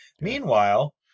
Meanwhile